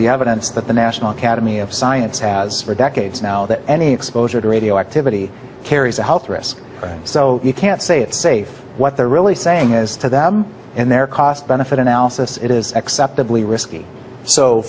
the evidence that the national academy of science has for decades now that any exposure to radioactivity carries a health risk so you can't say it's safe what they're really saying is to them and their cost benefit analysis it is acceptably risky so